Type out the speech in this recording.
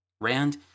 Rand